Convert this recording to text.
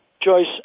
Joyce